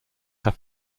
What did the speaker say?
have